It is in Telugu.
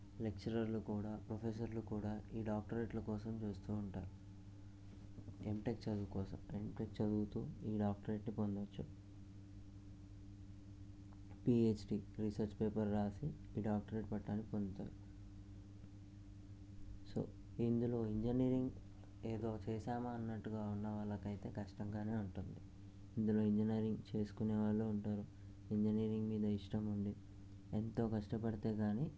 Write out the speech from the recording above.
లెక్చరర్లు కూడా ప్రొఫెసర్లు కూడా ఈ డాక్టరేట్ ల కోసం వస్తు ఉంటారు ఎంటెక్ చదువు కోసం ఎంటెక్ చదువుతు ఈ డాక్టరేట్ పొందచ్చు పిహెచ్డీ రీసెర్చ్ పేపర్ రాసి ఈ డాక్టరేట్ పట్టాలు పొందుతారు సో ఇందులో ఇంజనీరింగ్ ఏదో చేసామా అన్నట్టుగా ఉన్న వాళ్ళకైతే కష్టంగా ఉంటుంది ఇందులో ఇంజనీరింగ్ చేసుకునే వాళ్ళు ఉంటారు ఇంజనీరింగ్ మీద ఇష్టం ఉండి ఎంతో కష్టపడితే కానీ